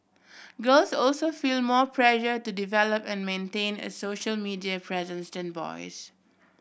girls also feel more pressure to develop and maintain a social media presence than boys